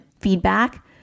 feedback